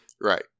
Right